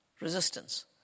resistance